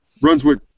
Brunswick